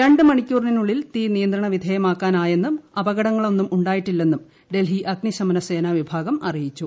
രണ്ട് മണിക്കൂറിനുള്ളിൽ തീ നിയന്ത്രണ വിധേയമാക്കാനായെന്നും അപകടങ്ങളൊന്നും ഉണ്ടായിട്ടില്ലെന്നും ഡൽഹി അഗ്നിശമന സേനാ വിഭാഗം അറിയിച്ചു